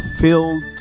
filled